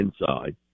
inside